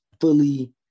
fully